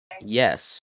Yes